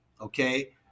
okay